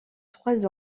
trois